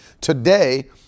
today